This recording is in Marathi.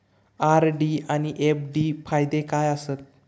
आर.डी आनि एफ.डी फायदे काय आसात?